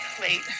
late